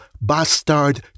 bastard